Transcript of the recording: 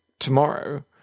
tomorrow